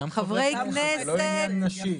גם חברי כנסת, זה לא עניין נשי.